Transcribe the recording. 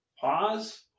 pause